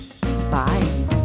Bye